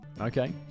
Okay